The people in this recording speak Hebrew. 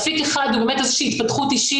אפיק אחד הוא באמת איזו שהיא התפתחות אישית